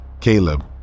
Caleb